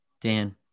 Dan